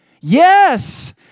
Yes